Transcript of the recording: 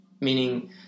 Meaning